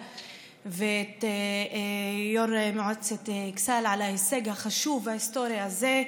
ואת יושב-ראש מועצת אכסאל על ההישג החשוב וההיסטורי הזה.